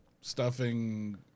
Stuffing